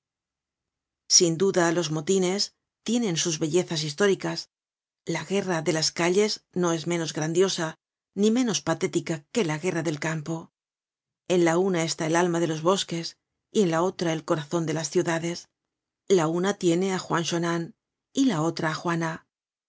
sin duda los motines tienen sus bellezas históricas la guerra de las calles no es menos grandiosa ni menos patética que la guerra del campo en la una está el alma de los bosques y en la otra el corazon de las ciudades la una tiene á juan chonan y la otra á juana